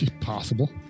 possible